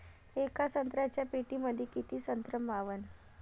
येका संत्र्याच्या पेटीमंदी किती संत्र मावन?